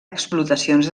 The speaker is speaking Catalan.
explotacions